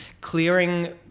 clearing